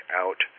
out